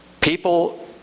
people